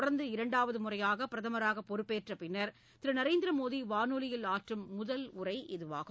தொடர்ந்து இரண்டாவது முறையாக பிரதமராக பொறுப்பேற்ற பின்னர் திரு நரேந்திர மோடி வானொலியில் ஆற்றும் முதல் உரை இதுவாகும்